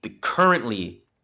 currently